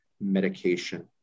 medication